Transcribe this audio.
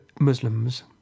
Muslims